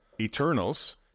Eternals